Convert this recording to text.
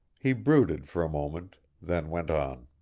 he brooded for a moment, then went on.